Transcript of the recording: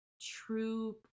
true